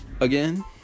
Again